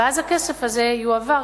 ואז הכסף הזה יועבר,